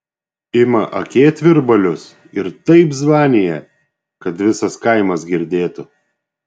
ima akėtvirbalius ir taip zvanija kad visas kaimas girdėtų